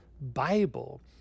Bible